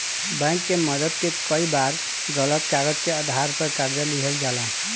bank के मदद से कई बार गलत कागज के आधार पर कर्जा लिहल जाला